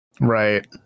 Right